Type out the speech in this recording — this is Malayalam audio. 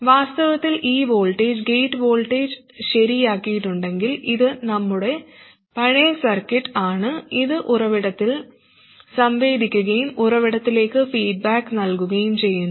വാസ്തവത്തിൽ ഈ വോൾട്ടേജ് ഗേറ്റ് വോൾട്ടേജ് ശരിയാക്കിയിട്ടുണ്ടെങ്കിൽ ഇത് നമ്മളുടെ പഴയ സർക്യൂട്ട് ആണ് ഇത് ഉറവിടത്തിൽ സംവേദിക്കുകയും ഉറവിടത്തിലേക്ക് ഫീഡ്ബാക്ക് നൽകുകയും ചെയ്യുന്നു